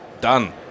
done